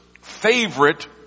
favorite